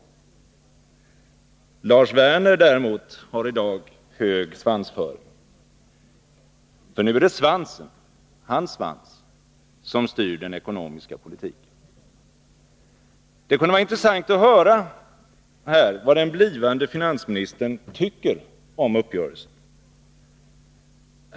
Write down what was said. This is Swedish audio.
Lars Werner däremot har i dag hög svansföring. Nu är det svansen, hans svans, som styr den ekonomiska politiken. Det kunde vara intressant att höra vad den blivande finansministern tycker om uppgörelsen.